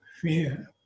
fear